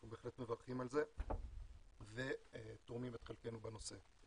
אנחנו בהחלט מברכים על זה ותורמים את חלקנו בנושא.